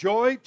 Joy